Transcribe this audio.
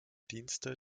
dienste